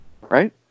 Right